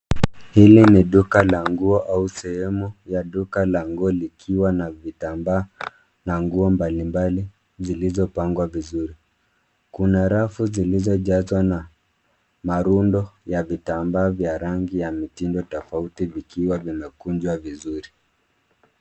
Hili ni duka nguo au sehemu ya duka la nguo, likiwa na vitambaa na nguo mbalimbali zilizopangwa vizuri. Kuna rafu zilizojazwa na marundo ya vitambaa vya rangi na mitindo tofauti, vikiwa vimekunjwa vizuri.